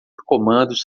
comandos